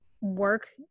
work